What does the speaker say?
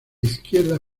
izquierda